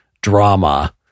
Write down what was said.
drama